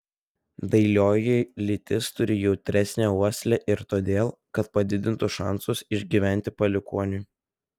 dailioji lytis turi jautresnę uoslę ir todėl kad padidintų šansus išgyventi palikuoniui